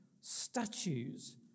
statues